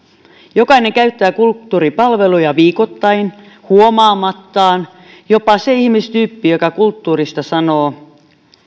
jokainen käyttää kulttuuripalveluja viikoittain huomaamattaan jopa se ihmistyyppi joka kulttuurista sanoo